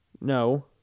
No